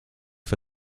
for